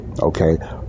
okay